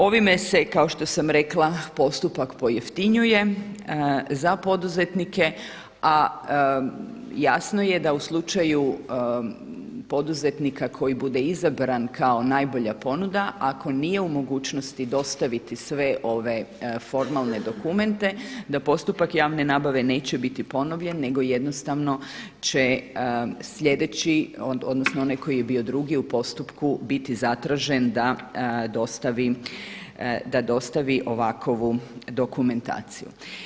Ovime se kao što sam rekla postupak pojeftinjuje za poduzetnike, a jasno je da u slučaju poduzetnika koji bude izabran kao najbolja ponuda ako nije u mogućnosti dostaviti sve ove formalne dokumente da postupak javne nabave neće biti ponovljen, nego jednostavno će sljedeći, odnosno onaj koji je bio drugi u postupku biti zatražen da dostavi ovakovu dokumentaciju.